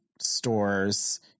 store's